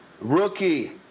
Rookie